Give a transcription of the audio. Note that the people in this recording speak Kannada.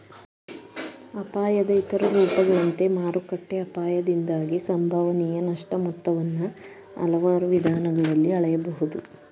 ಅಪಾಯದ ಇತರ ರೂಪಗಳಂತೆ ಮಾರುಕಟ್ಟೆ ಅಪಾಯದಿಂದಾಗಿ ಸಂಭವನೀಯ ನಷ್ಟ ಮೊತ್ತವನ್ನ ಹಲವಾರು ವಿಧಾನಗಳಲ್ಲಿ ಹಳೆಯಬಹುದು